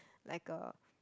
like a